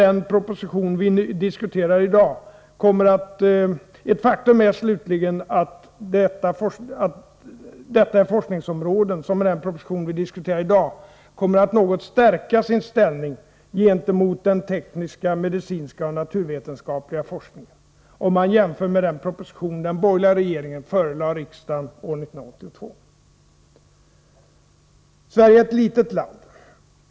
Ett ytterligare faktum är slutligen att detta är forskningsområden som, med den proposition vi diskuterar i dag, kommer att något stärka sin ställning gentemot den tekniska, medicinska och naturvetenskapliga forskningen —- om man jämför med den proposition den borgerliga regeringen förelade riksdagen år 1982. Sverige är ett litet land.